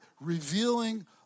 revealing